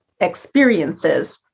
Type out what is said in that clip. experiences